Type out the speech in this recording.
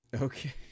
Okay